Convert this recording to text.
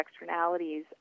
externalities